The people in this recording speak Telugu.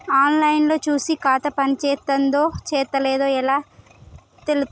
ఆన్ లైన్ లో చూసి ఖాతా పనిచేత్తందో చేత్తలేదో ఎట్లా తెలుత్తది?